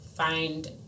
find